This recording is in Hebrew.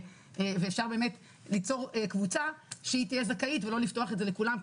ואפשר באמת ליצור קבוצה שהיא תהיה זכאית ולא לפתוח את זה לכולם,